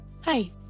Hi